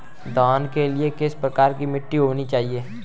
धान के लिए किस प्रकार की मिट्टी होनी चाहिए?